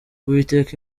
uwiteka